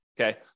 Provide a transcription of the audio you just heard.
okay